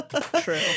true